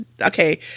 Okay